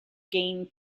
gained